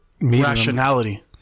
rationality